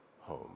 home